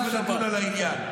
נשמח ונדון על העניין.